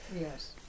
yes